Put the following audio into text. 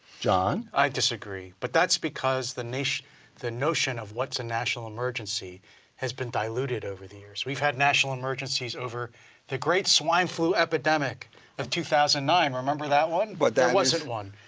john? i disagree, but that's because the notion the notion of what is a national emergency has been diluted over the years. we've had national emergencies over the great swine flu epidemic of two thousand and nine, remember that one? but that wasn't one.